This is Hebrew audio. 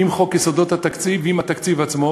עם חוק יסודות התקציב ועם התקציב עצמו,